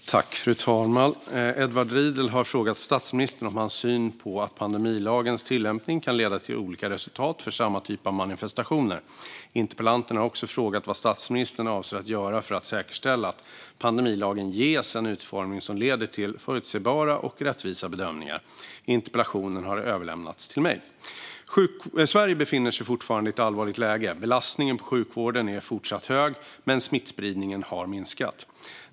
Fru talman! Edward Riedl har frågat statsministern om hans syn på att pandemilagens tillämpning kan leda till olika resultat för samma typ av manifestationer. Interpellanten har också frågat vad statsministern avser att göra för att säkerställa att pandemilagen ges en utformning som leder till förutsebara och rättvisa bedömningar. Interpellationen har överlämnats till mig. Sverige befinner sig fortfarande i ett allvarligt läge. Belastningen på sjukvården är fortsatt hög, men smittspridningen har minskat.